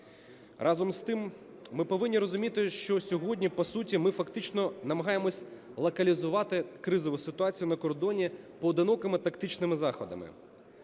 Разом з тим, ми повинні розуміти, що сьогодні, по суті, ми фактично намагаємося локалізувати кризову ситуацію на кордоні поодинокими тактичними заходами.